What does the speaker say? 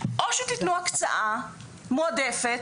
או שתתנו הקצאה מועדפת,